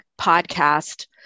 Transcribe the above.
podcast